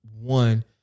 one